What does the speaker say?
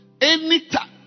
Anytime